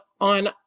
on